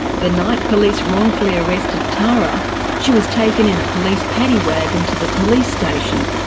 the night police wrongfully arrested tara she was taken in a police paddy wagon to the police station,